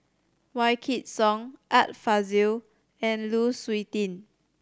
Wykidd Song Art Fazil and Lu Suitin